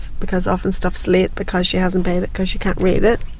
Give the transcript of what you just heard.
because often stuff's late because she hasn't paid it because she can't read it.